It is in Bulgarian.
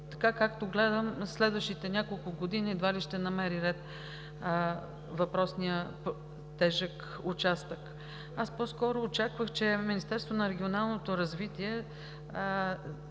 така, както гледам, в следващите няколко години едва ли ще намери ред въпросният тежък участък. Аз по-скоро очаквах, че Министерството на регионалното развитие